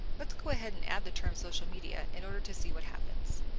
let's go ahead and add the term social media in order to see what happens.